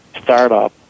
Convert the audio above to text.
startup